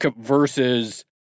versus